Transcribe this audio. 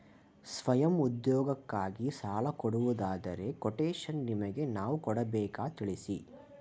ಸ್ವಯಂ ಉದ್ಯೋಗಕ್ಕಾಗಿ ಸಾಲ ಕೊಡುವುದಾದರೆ ಕೊಟೇಶನ್ ನಿಮಗೆ ನಾವು ಕೊಡಬೇಕಾ ತಿಳಿಸಿ?